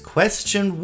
Question